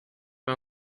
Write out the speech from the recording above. pas